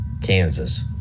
Kansas